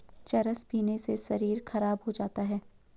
चरस पीने से शरीर खराब हो जाता है